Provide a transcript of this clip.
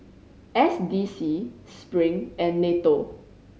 S D C Spring and NATO